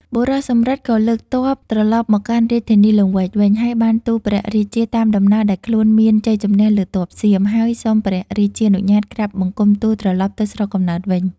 បុរសសំរិទ្ធក៏លើកទ័ព ត្រឡប់មកកាន់រាជធានីលង្វែកវិញ ហើយបានទូលព្រះរាជាតាមដំណើរដែលខ្លួនមានជ័យជម្នះលើទ័ពសៀម ហើយសុំព្រះរាជានុញ្ញាតក្រាបបង្គំទូលត្រឡប់ទៅស្រុកកំណើតវិញ ។